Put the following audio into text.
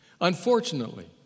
Unfortunately